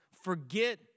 forget